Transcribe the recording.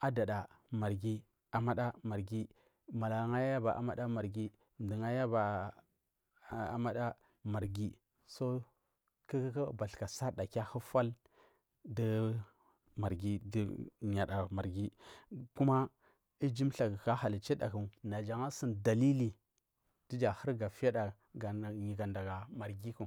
adada marghi anda marghi mala ugu ayaba abada marghi mdugu ayaba abada marghi so kuku ku bathuka sayarda kiu ahufal du marghi du marghi guu ahufal du marghi kuma iju thlagu ku ahaluchidaku naja asuni dalili ku dija ahuga fida ga taga marghi ku.